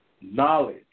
knowledge